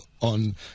on